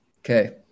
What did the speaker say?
Okay